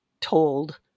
told